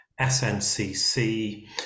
sncc